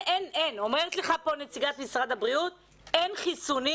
אומרת לך פה נציגת משרד הבריאות שאין חיסונים